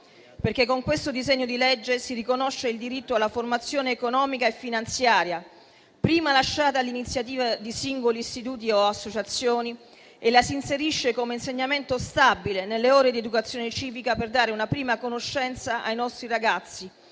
perché con questo disegno di legge si riconosce il diritto alla formazione economica e finanziaria, prima lasciata all'iniziativa di singoli istituti o associazioni, e la si inserisce come insegnamento stabile nelle ore di educazione civica per dare una prima conoscenza ai nostri ragazzi